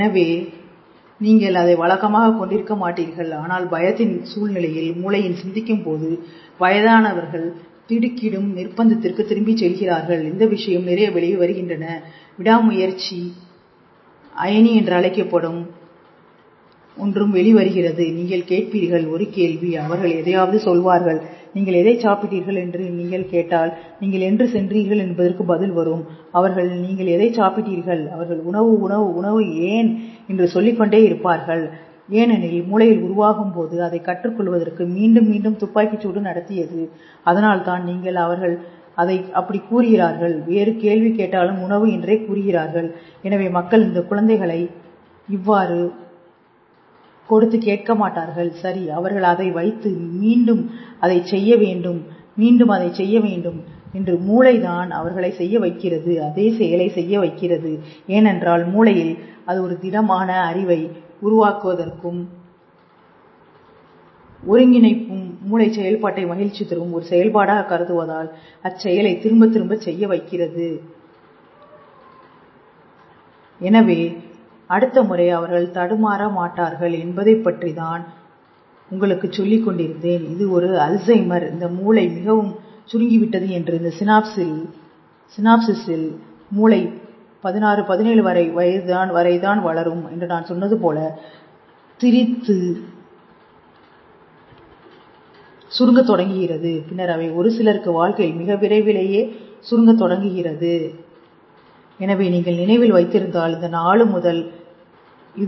எனவே நீங்கள் அதை வழக்கமாக கொண்டிருக்க மாட்டீர்கள் ஆனால் பயத்தின் சூழ்நிலையில் மூளையின் சிந்திக்கும் போது வயதானவர்கள் திடுக்கிடும் நிர்ப்பந்தத்திற்கு திரும்பிச் செல்கிறார்கள் இந்த விஷயங்கள் நிறைய வெளிவருகின்றன விடாமுயற்சி அயணி என்று அழைக்கப்படும் v71 வெளிவருகிறது நீங்கள் கேட்பீர்கள் ஒரு கேள்வி அவர்கள் எதையாவது சொல்வார்கள் நீங்கள் எதைச் சாப்பிட்டீர்கள் என்று நீங்கள் கேட்டால் நீங்கள் எங்கு சென்றீர்கள் என்பதற்கு பதில் வரும் அவர்கள் நீங்கள் எதை சாப்பிட்டீர்கள் அவர்கள் உணவு உணவு உணவு ஏன் என்று சொல்லிக்கொண்டே இருப்பார்கள் ஏனெனில் மூளையில் உருவாகும் போது அதை கற்றுக் கொள்வதற்காக மீண்டும் மீண்டும் துப்பாக்கிச் சூடு நடத்தியது அதனால்தான் நீங்கள் அவர்கள் அதை அப்படி கூறுகிறார்கள் வேறு கேள்வி கேட்டாலும் உணவு என்றே கூறுகிறார்கள் எனவே மக்கள் இந்த குழந்தைகளை இவ்வாறு செய்ய வேண்டாம் என்று சொல்வார்கள் சொல்லும்பொழுது அவர்கள் அதை காது கொடுத்து கேட்க மாட்டார்கள் சரி அவர்கள் அதை வைத்து மீண்டும் அதைச் செய்ய வேண்டும் மீண்டும் அதைச் செய்ய வேண்டும் என்று அவர்கள் செய்யவில்லை அவர்களின் மூளை தான் மீண்டும் அதே செய்ய வைக்கிறது அதே செயலை செய்ய வைக்கிறது ஏனென்றால் மூலையில் அது திடமான அறிவை உருவாக்குவதற்கும் ஒருங்கிணைப்பும் மூளை செயல்பாட்டை மகிழ்ச்சி தரும் ஒரு செயல்பாடாக கருதுவதால் அச்செயலை திரும்பத்திரும்பச் செய்ய வைக்கிறது இருப்பையே எனவே எனவே அடுத்த முறை அவர்கள் தடுமாற மாட்டார்கள் என்பதைப் பற்றி நான் உங்களுக்குச் சொல்லிக் கொண்டிருந்தேன் இது ஒரு அல்சைமர் இந்த மூளை மிகவும் சுருங்கிவிட்டது என்று இந்த சினாப்ஸிஸ் இல் மூளை பதினாறு பதினேழு வயது வரை வளரும் என்று நான் சொன்னது போல திரித்து திரித்து திரித்து திரித்து திரித்து கத்தரித்து தொடங்குகிறது பின்னர் அவை ஒரு சிலருக்கு வாழ்க்கையில் மிக விரைவிலேயே சுருங்கத் தொடங்குகிறது எனவே நீங்கள் நினைவில் வைத்திருந்தால் இந்த நாலு முதல் மீது சவாரி செய்தேன்